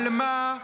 על מה?